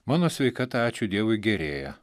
mano sveikata ačiū dievui gerėja